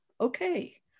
okay